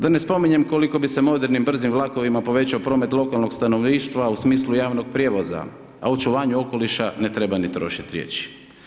Da ne spominjem koliko bi se modernim, brzim vlakovima povećao promet lokalnog stanovništva, u smislu javnog prijevoza, a očuvanje okoliša ne treba ni trošiti riječi.